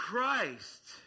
Christ